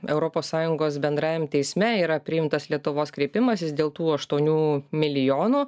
europos sąjungos bendrajam teisme yra priimtas lietuvos kreipimasis dėl tų aštuonių milijonų